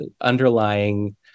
underlying